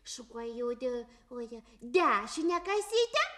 šukuoju dešinę oje dešinę kasytę